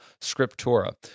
Scriptura